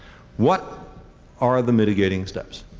what are the mitigating steps?